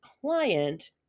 client